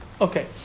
Okay